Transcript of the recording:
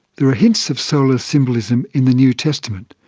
there are hints of solar symbolism in the new testament.